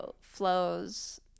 flows